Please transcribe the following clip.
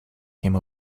came